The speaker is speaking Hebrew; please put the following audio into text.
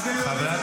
מה קורה לכם?